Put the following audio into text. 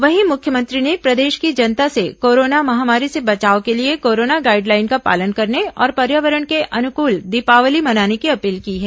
वहीं मुख्यमंत्री ने प्रदेश की जनता से कोरोना महामारी से बचाव के लिए कोरोना गाइडलाइन का पालन करने और पर्यावरण के अनकल दीपावली मनाने की अपील की है